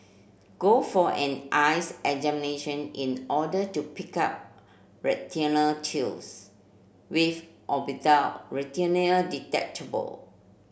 go for an eyes examination in order to pick up retinal tears with or without retinal detachment